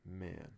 Man